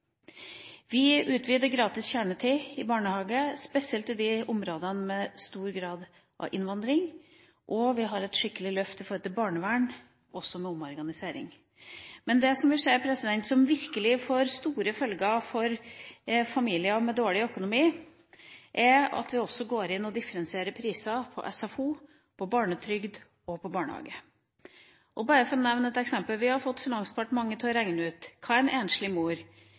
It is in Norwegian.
Vi utvider gratis kjernetid i barnehage, spesielt i områdene med stor grad av innvandring, og vi har et skikkelig løft når det gjelder barnevern, også med omorganisering. Men det vi ser at virkelig får store følger for familier med dårlig økonomi, er at vi også går inn og differensierer priser på SFO, på barnetrygd og på barnehage. Og bare for å nevne et eksempel: Vi har fått Finansdepartementet til å regne ut hva en enslig mor